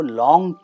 long